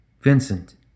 Vincent